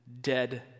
dead